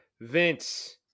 Vince